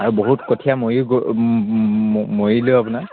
আৰু বহুত কঠীয়া মৰি গৈ মৰিলৈও আপোনাৰ